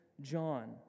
John